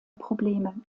probleme